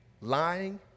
lying